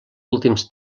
últims